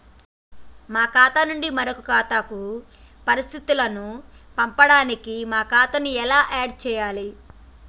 మా ఖాతా నుంచి వేరొక ఖాతాకు పరిస్థితులను పంపడానికి మా ఖాతా ఎలా ఆడ్ చేయాలి?